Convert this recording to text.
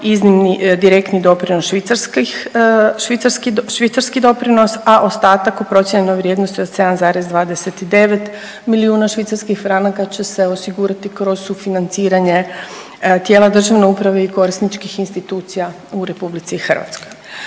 milijuna direktni doprinos švicarskih, švicarski doprinos, a ostatak u procijenjenoj vrijednosti od 7,29 milijuna švicarskih franaka će se osigurati kroz sufinanciranje tijela državne uprave i korisničkih institucija u RH. I samo